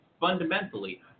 fundamentally